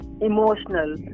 emotional